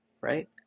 right